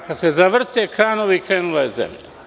Kada se zavrte kranovi krenula je zemlja.